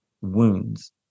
wounds